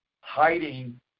hiding